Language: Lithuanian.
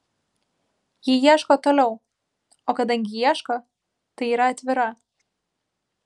ji ieško toliau o kadangi ieško tai yra atvira